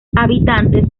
habitantes